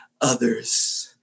others